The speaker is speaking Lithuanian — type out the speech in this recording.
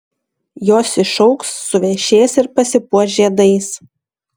jos išaugs suvešės ir pasipuoš žiedais